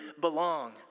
belong